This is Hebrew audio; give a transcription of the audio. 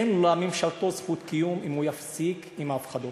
אין לממשלתו זכות קיום אם הוא יפסיק עם ההפחדות.